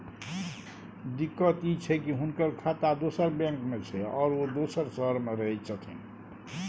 दिक्कत इ छै की हुनकर खाता दोसर बैंक में छै, आरो उ दोसर शहर में रहें छथिन